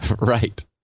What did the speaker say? right